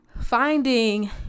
finding